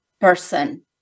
person